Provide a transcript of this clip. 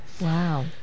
Wow